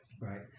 right